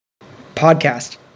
Podcast